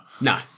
No